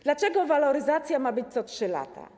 Dlaczego waloryzacja ma być co 3 lata?